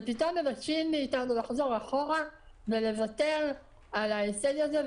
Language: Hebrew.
ופתאום מבקשים מאיתנו לחזור אחורה ולוותר על ההישג הזה,